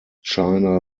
china